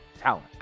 talent